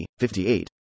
58